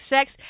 sex